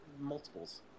multiples